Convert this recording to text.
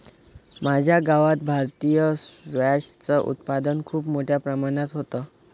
माझ्या गावात भारतीय स्क्वॅश च उत्पादन खूप मोठ्या प्रमाणात होतं